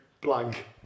blank